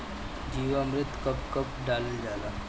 जीवामृत कब कब डालल जाला?